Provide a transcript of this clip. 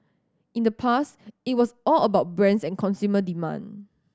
in the past it was all about brands and consumer demand